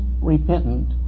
repentant